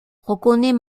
reconnais